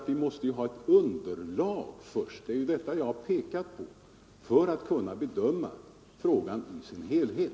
Vi måste naturligtvis — det är ju det jag har pekat på — ha ett underlag först innan vi kan bedöma frågan i dess helhet.